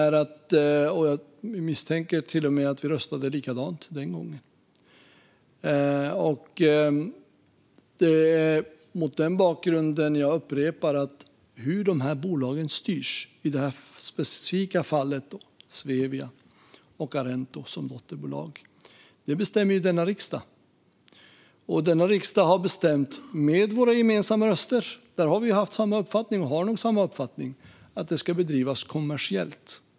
Jag misstänker till och med att vi röstade likadant den gången, och det är mot den bakgrunden jag upprepar att det är denna riksdag som bestämmer hur bolagen styrs i det specifika fallet med Svevia och dotterbolaget Arento. Denna riksdag har med våra gemensamma röster - där har vi haft och har samma uppfattning - bestämt att de ska drivas kommersiellt.